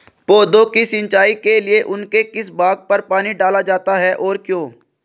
पौधों की सिंचाई के लिए उनके किस भाग पर पानी डाला जाता है और क्यों?